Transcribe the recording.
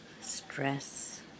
stress